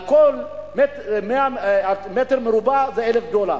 כל מטר מרובע זה 1,000 דולר.